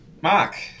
Mark